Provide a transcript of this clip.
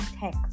tech